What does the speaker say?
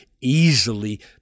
easily